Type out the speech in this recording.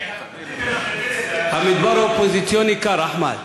המדבר האופוזיציוני קר, אחמד.